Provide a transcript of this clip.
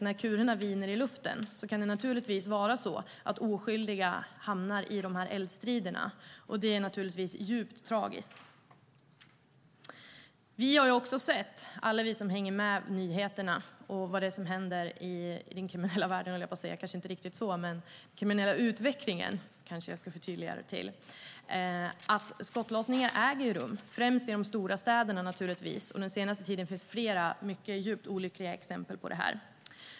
När kulorna viner i luften - om jag får använda uttrycket - kan oskyldiga hamna i eldstriderna. Det är naturligtvis djupt tragiskt. Alla som hänger med i nyheterna och ser vad som händer i den kriminella världen - låt mig förtydliga: den kriminella utvecklingen - vet att skottlossningar äger rum. Det gäller naturligtvis främst i de stora städerna. Under den senaste tiden har det funnits flera djupt olyckliga exempel på detta.